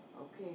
Okay